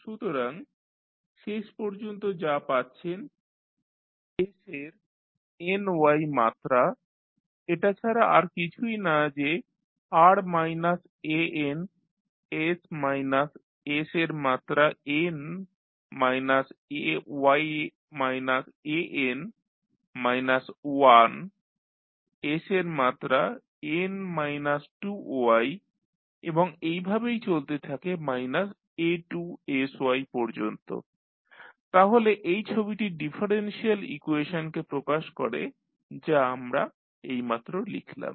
সুতরাং শেষ পর্যন্ত যা পাচ্ছেন s এর ny মাত্রা এটা ছাড়া আর কিছুই না যে r minus an s minus s এর মাত্রা n minus y minus an minus 1 s এর মাত্রা n মাইনাস 2y এবং এইভাবেই চলতে থাকে মাইনাস a2sy পর্যন্ত তাহলে এই ছবিটি ডিফারেনশিয়াল ইকুয়েশনকে প্রকাশ করে যা আমরা এইমাত্র লিখলাম